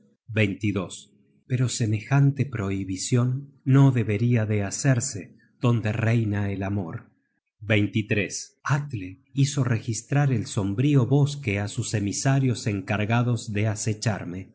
deshonra pero semejante prohibicion no deberia de hacerse donde reina el amor atle hizo registrar el sombrío bosque á sus emisarios encargados de acecharme